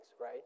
right